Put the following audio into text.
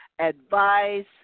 advice